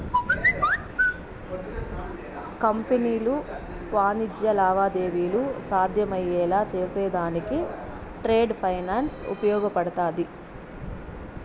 కంపెనీలు వాణిజ్య లావాదేవీలు సాధ్యమయ్యేలా చేసేదానికి ట్రేడ్ ఫైనాన్స్ ఉపయోగపడతాది